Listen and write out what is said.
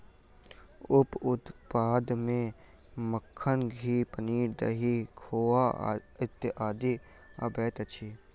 उप उत्पाद मे मक्खन, घी, पनीर, दही, खोआ इत्यादि अबैत अछि